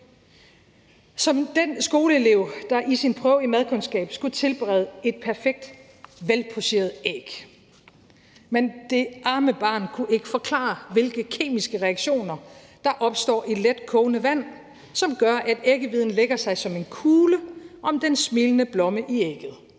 også den skoleelev, der i sin prøve i madkundskab skulle tilberede et perfekt velpocheret æg, men det arme barn kunne ikke forklare, hvilke kemiske reaktioner der opstår i let kogende vand, som gør, at æggehviden lægger sig som en kugle om den smilende blomme i ægget,